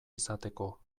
izateko